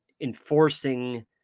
enforcing